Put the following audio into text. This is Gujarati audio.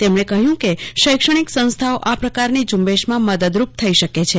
તેમણે કહ્યું કેશૈક્ષણિક સંસ્થાઓ આ પ્રકારની ઝૂંબેશમાં મદદરૂપ થઇ શકે છે